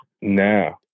No